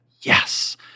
Yes